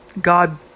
God